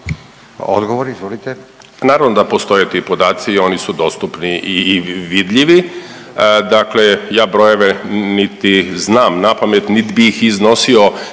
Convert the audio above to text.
Juro** Naravno da postoje ti podaci, oni su dostupni i vidljivi. Dakle, ja brojeve niti znam napamet, niti bih iznosio